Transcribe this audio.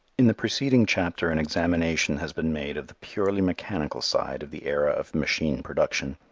in the preceding chapter an examination has been made of the purely mechanical side of the era of machine production.